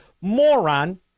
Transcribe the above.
moron